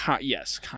Yes